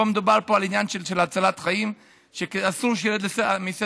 פה מדובר על עניין של הצלת חיים שאסור שירד מסדר-היום.